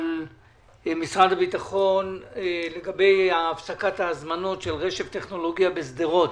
משרד הביטחון לגבי הפסקת ההזמנות של "רשף טכנולוגיה" בשדרות.